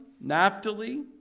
Naphtali